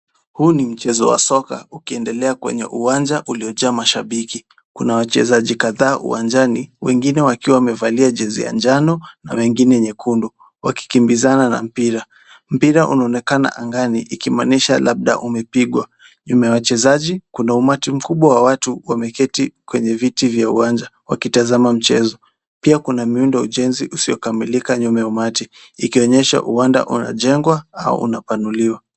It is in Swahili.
Huu ni mchezo wa soccer ukiendelea kwenye uwanja uliojaa mashabiki. Kuna wachezaji kadhaa uwanjani wengine wakiwa wamevalia jezi ya njano na wengine nyekundu, wakikimbizana na mpira. Mpira unaonekana angani, ikimaanisha labda umepigwa. Nyuma ya wachezaji kuna umati mkubwa wa watu wameketi kwenye viti vya uwanja wakitazama mchezo, pia kuna miundo ujenzi usiokamilika nyuma ya umati ikionyesha uwanda unajengwa au unapanuliwa.